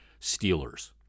Steelers